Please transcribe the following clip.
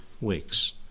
weeks